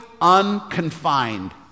unconfined